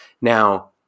Now